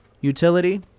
utility